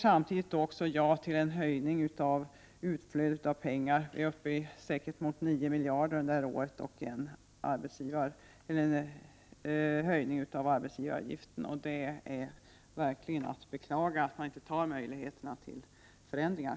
Samtidigt säger man ja till en ökning av utflödet av pengar — vi är säkert uppe i 9 miljarder kronor det här året — och en höjning av arbetsgivaravgiften. Det är verkligen att beklaga att man inte tar vara på möjligheterna till förändringar!